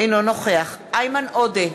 אינו נוכח איימן עודה,